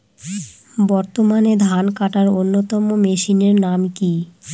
বর্তমানে ধান কাটার অন্যতম মেশিনের নাম কি?